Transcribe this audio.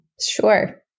Sure